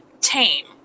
tame